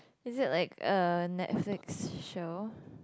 is it like a Netflix show